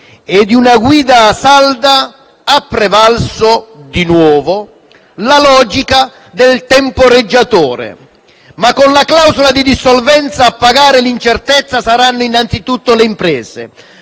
e di una guida salda, ha prevalso, di nuovo, la logica del temporeggiatore. Ma con la clausola di dissolvenza a pagare l'incertezza saranno, innanzitutto, le imprese.